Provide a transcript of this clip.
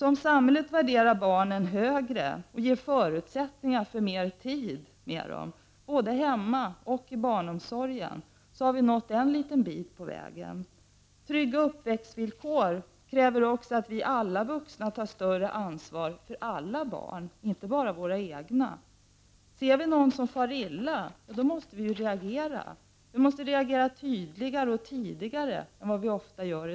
Om samhället värderar barnen högre och ger förutsättningar för mer tid tillsammans med dem både i hemmet och inom barnomsorgen har vi kommit en liten bit på vägen. Trygga uppväxtvillkor kräver också att vi alla vuxna tar större ansvar för alla barn, inte bara våra egna. Vi måste reagera när vi ser något barn som far illa, och göra det tydligare och tidigare än vad vi i dag ofta gör.